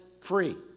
free